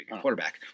quarterback